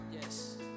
Yes